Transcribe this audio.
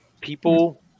people